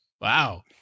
Wow